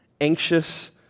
anxious